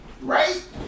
Right